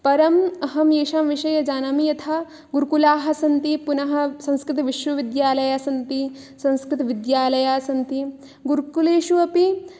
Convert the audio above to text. परम् अहं येषां विषये जानामि यथा गुरुकुलाः सन्ति पुनः संस्कृतविश्वविद्यालयाः सन्ति संस्कृतविद्यालयाः सन्ति गुरुकुलेषु अपि